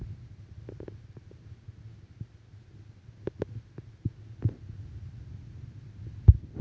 ఖర్జురా పండు తిని గింజ పెడితే మొలక వచ్చింది, పెరిగి కాయలు కాస్తాయో లేదో చూడాలి